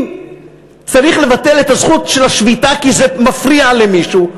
אם צריך לבטל את הזכות של השביתה כי זה מפריע למישהו,